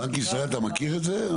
בנק ישראל, אתה מכיר את זה?